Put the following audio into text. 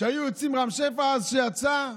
שהיו יוצאים, רם שפע אז יצא,